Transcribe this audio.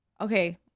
Okay